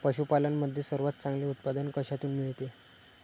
पशूपालन मध्ये सर्वात चांगले उत्पादन कशातून मिळते?